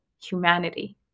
humanity